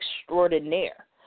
extraordinaire